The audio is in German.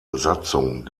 satzung